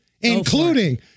including